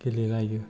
गेले लायो